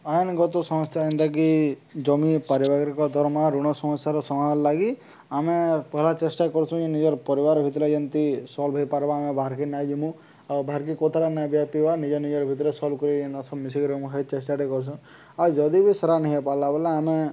ଆଇନ୍ ଗତ ସଂସ୍ଥା ଯେନ୍ତାକି ଜମି ପାରିବାରିକ ଦରମା ଋଣ ସମସ୍ୟାର ସମାଧାନ ଲାଗି ଆମେ ପଢିଲା ଚେଷ୍ଟା କରସୁଁ ଯେ ନିଜର ପରିବାର ଭିତରେ ଯେମିତି ସଲ୍ଭ ହେଇପାର୍ବା ଆମେ ବାହ୍ରିକି ନାଇ ଜମୁ ଆଉ ବାାର୍କି କୋଉଥଟ ନାଇଁଆ ପିଇବା ନିଜେ ନିଜର ଭିତରେ ସଲ୍ଭ ସବ ମିଶିକିରି ମାଇ ଚେଷ୍ଟାଟେ କରସୁଁ ଆଉ ଯଦି ବି ସେରା ନ ହେଇ ପାରିଲା ବୋଲେ ଆମେ